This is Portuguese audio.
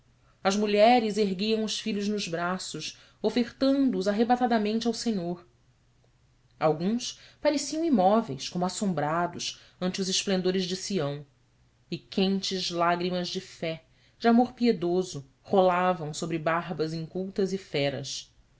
as mulheres erguiam os filhos nos braços ofertando os arrebatadamente ao senhor alguns permaneciam imóveis como assombrados ante os esplendores de sião e quentes lágrimas de fé de amor piedoso rolavam sobre barbas incultas e feras